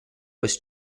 was